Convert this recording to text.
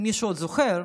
אם מישהו עוד זוכר,